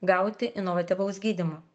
gauti inovatyvaus gydymo